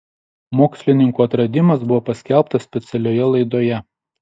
mokslininkų atradimas buvo paskelbtas specialioje laidoje